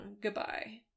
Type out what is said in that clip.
Goodbye